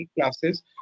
classes